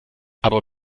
aber